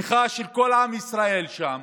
בתמיכה של כל עם ישראל שם,